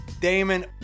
damon